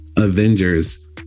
Avengers